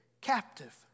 captive